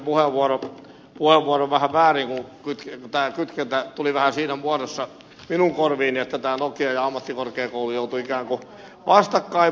sirnön ensimmäisen puheenvuoron vähän väärin kun tämä kytkentä tuli vähän siinä muodossa minun korviini että tämä nokia ja ammattikorkeakoulu joutuivat ikään kuin vastakkain